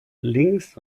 links